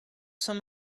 some